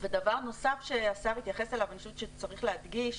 דבר נוסף שהשר התייחס אליו ואני חושבת שצריך להדגיש